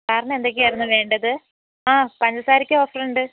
സാറിന് എന്തൊക്കെയായിരുന്നു വേണ്ടത് ആ പഞ്ചസാരയ്ക്ക് ഓഫറുണ്ട്